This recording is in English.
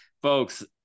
Folks